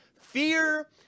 fear